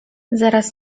zaraz